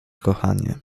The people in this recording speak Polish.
kochanie